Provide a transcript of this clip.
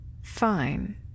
Fine